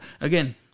again